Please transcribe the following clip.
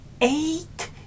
eight